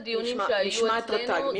נשמע את רט"ג.